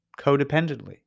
codependently